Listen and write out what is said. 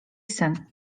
syn